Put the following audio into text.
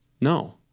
No